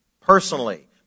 personally